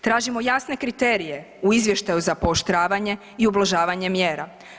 Tražimo jasne kriterije u izvještaju za pooštravanje i ublažavanje mjera.